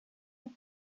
her